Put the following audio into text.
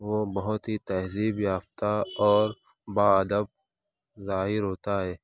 وہ بہت ہی تہذیب یافتہ اور با ادب ظاہر ہوتا ہے